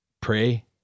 pray